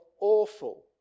awful